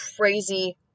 crazy